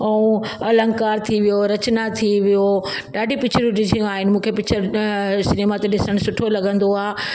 ऐं अलंकार थी वियो रचना थी वियो ॾाढी पिकिचरियूं ॾिसियूं आहिनि मूंखे पिकिचर अ सिनेमा ते ॾिसण सुठो लॻंदो आहे